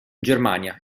germania